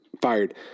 Fired